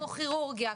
כמו כירורגיה,